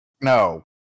No